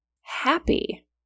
happy